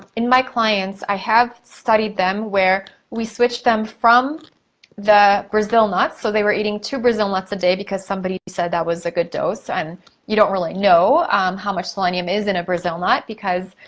in my clients, i have studied them, where we switched them from the brazil nuts, so they were eating two brazil nuts a day because somebody said that was a good dose, and um you don't really know how much selenium is in a brazil nut because,